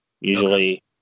usually